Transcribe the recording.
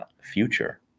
future